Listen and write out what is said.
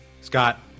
Scott